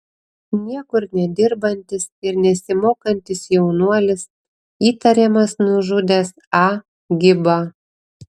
niekur nedirbantis ir nesimokantis jaunuolis įtariamas nužudęs a gibą